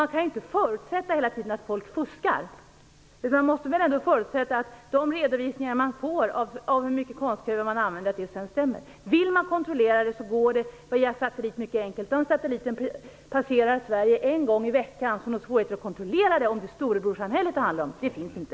Man kan ju inte hela tiden förutsätta att folk fuskar, utan man måste väl ändå kunna förutsätta att de redovisningar stämmer som säger hur mycket konstkväve som används. Vill man kontrollera det så är det mycket enkelt att göra det via satellit. Den satelliten passerar Sverige en gång i veckan. Någon svårighet att kontrollera detta - om det är storebrorssamhället som det handlar om - finns inte.